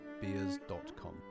beers.com